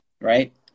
right